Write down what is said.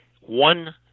one